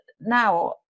now